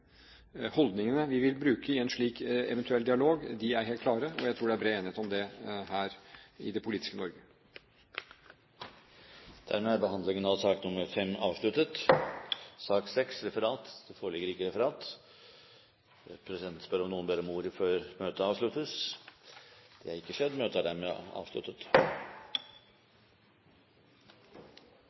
Holdningene vi vil bruke i en slik eventuell dialog, er helt klare, og jeg tror det er bred enighet om det i det politiske Norge. Dermed er debatten i sak nr. 5 avsluttet. Det foreligger ikke noe referat. Dermed er dagens kart ferdigbehandlet. Forlanger noen ordet før møtet heves? – Møtet er